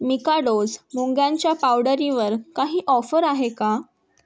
मिकाडोज मुंग्यांच्या पावडरीवर काही ऑफर आहे का